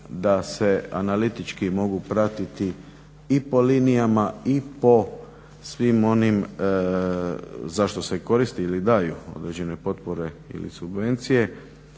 da se analitički mogu pratiti i po linijama i po svim onim za što se koristi ili daju određene potpore ili subvencije.